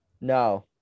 No